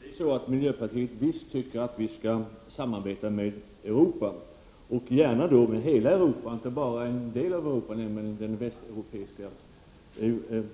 Herr talman! Miljöpartiet tycker visst att vi skall samarbeta med Europa och gärna då med hela Europa, inte bara med en del av Europa, nämligen den västeuropeiska